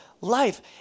life